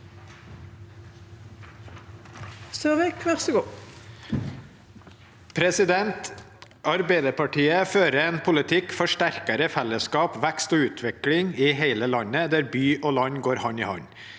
Arbeiderpartiet fører en politikk for sterkere fellesskap, vekst og utvikling i hele landet, der by og land går hand i hand.